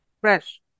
Fresh